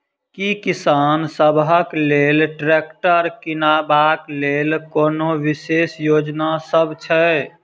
की किसान सबहक लेल ट्रैक्टर किनबाक लेल कोनो विशेष योजना सब छै?